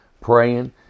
praying